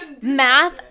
math